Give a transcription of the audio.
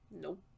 Nope